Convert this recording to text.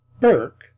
burke